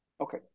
Okay